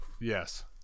Yes